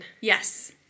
Yes